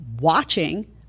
watching